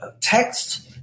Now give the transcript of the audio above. text